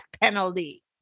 penalty